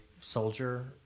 soldier